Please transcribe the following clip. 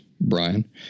Brian